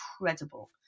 incredible